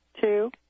two